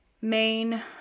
main